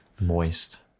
Moist